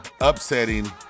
upsetting